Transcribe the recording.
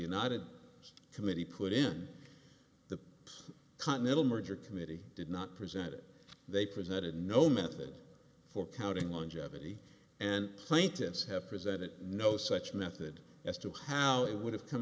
united committee put in continental merger committee did not present it they presented no method for counting longevity and plaintiffs have presented no such method as to how it would have come